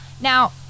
Now